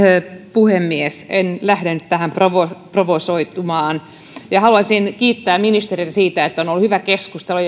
puhemies en lähde nyt tähän provosoitumaan ja haluaisin kiittää ministeriä siitä että on ollut hyvä keskustelu